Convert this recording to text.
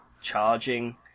charging